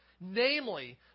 Namely